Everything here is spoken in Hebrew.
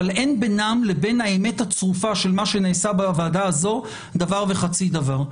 אבל אין בינן לבין האמת הצרופה של מה שנעשה בוועדה הזו דבר וחצי דבר.